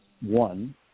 one